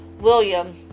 William